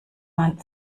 man